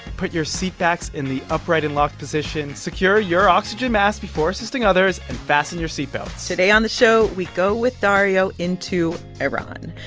put your seatbacks in the upright and locked position, secure your oxygen mask before assisting others and fasten your seat belts today on the show, we go with dario into iran,